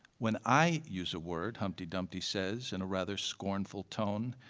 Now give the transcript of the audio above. when i use a word humpty dumpty says in a rather scornful tone,